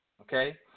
okay